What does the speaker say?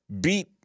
beat